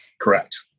correct